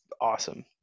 awesome